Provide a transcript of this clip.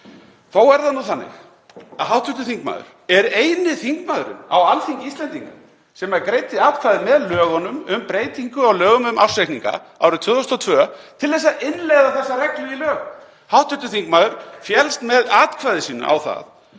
Þó er það nú þannig að hv. þingmaður er eini þingmaðurinn á Alþingi Íslendinga sem greiddi atkvæði með lögunum um breytingu á lögum um ársreikninga árið 2002 til að innleiða þessar reglur í lög. Hv. þingmaður féllst með atkvæði sínu á það